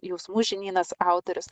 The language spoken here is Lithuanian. jausmų žinynas autorius